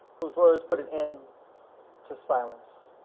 whose words put an end to silence.